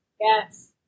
Yes